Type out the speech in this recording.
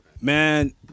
Man